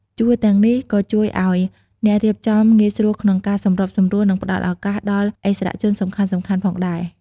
ជួរទាំងនេះក៏ជួយឲ្យអ្នករៀបចំងាយស្រួលក្នុងការសម្របសម្រួល និងផ្តល់ព័ត៌មានដល់ឥស្សរជនសំខាន់ៗផងដែរ។